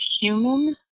human